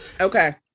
Okay